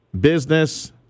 business